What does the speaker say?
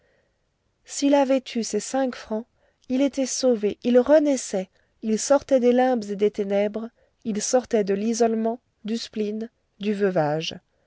s'il avait eu ces cinq francs il était sauvé il renaissait il sortait des limbes et des ténèbres il sortait de l'isolement du spleen du veuvage